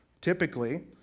Typically